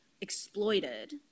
exploited